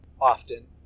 often